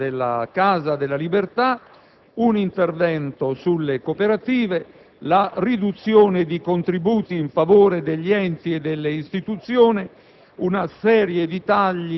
proposta politica della Casa delle Libertà, un intervento sulle cooperative, la riduzione di contributi in favore degli enti e delle istituzioni